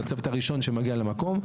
זה הצוות הראשון שמגיע למקום.